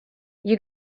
you